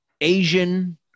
asian